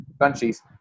countries